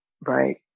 Right